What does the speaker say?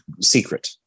secret